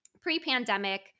pre-pandemic